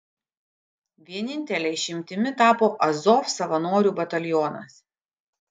vienintele išimtimi tapo azov savanorių batalionas